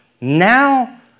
now